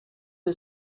who